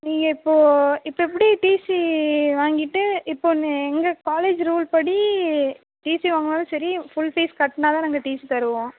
நீங்கள் இப்போது இப்போது எப்படி டீசி வாங்கிட்டு இப்போது நீ எங்கள் காலேஜ் ரூல் படி டீசி வாங்கினாலும் சரி ஃபுள் ஃபீஸ் கட்டினாதான் நாங்கள் டீசி தருவோம்